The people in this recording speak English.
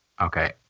Okay